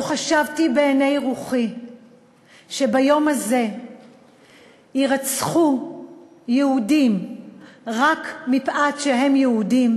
לא ראיתי בעיני רוחי שביום הזה יירצחו יהודים רק מפאת שהם יהודים,